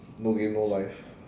no game no life